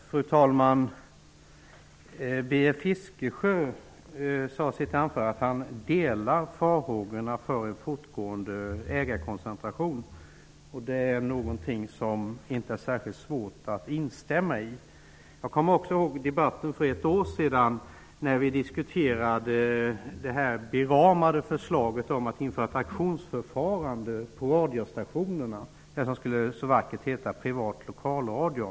Fru talman! Bertil Fiskesjö sade i sitt anförande att även han hyser farhågor för en fortgående ägarkoncentration. Detta är inte särskilt svårt att instämma i. Jag kommer ihåg debatten för ett år sedan, då vi diskuterade det beramade förslaget att införa ett auktionsförfarande i fråga om radiostationerna, det som så vackert skulle heta privat lokalradio.